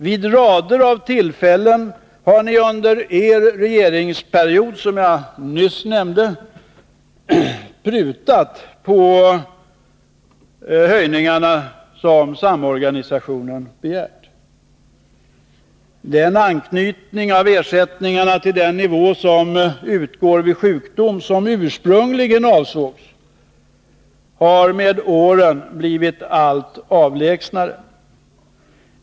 Vid en rad tillfällen har ni, som jag nyss nämnde, under er regeringsperiod prutat på de höjningar som samorganisationen har begärt. Den anknytning av ersättningarna till den nivå som utgår vid sjukdom som ursprungligen avsågs har med åren blivit allt avlägsnare.